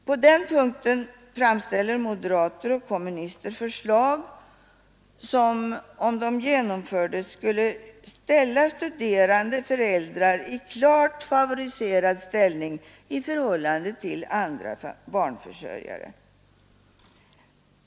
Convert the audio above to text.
På den punkten framställer moderater och kommunister förslag som, om de genomfördes, skulle ställa studerande föräldrar i klart favoriserad ställning till andra barnförsörjare.